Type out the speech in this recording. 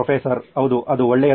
professor ಹೌದು ಅದು ಒಳ್ಳೆಯದು